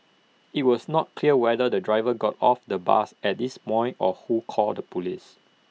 IT was not clear whether the driver got off the bus at this point or who called the Police